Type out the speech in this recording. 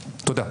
תודה.